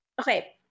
okay